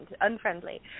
unfriendly